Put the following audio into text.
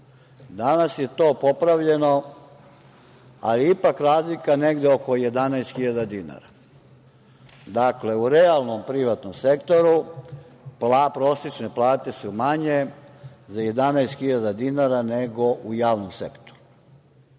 je to popravljeno, ali je ipak razlika negde oko 11.000 dinara. Dakle, u realnom privatnom sektoru prosečne plate su manje za 11.000 dinara nego u javnom sektoru. Sad,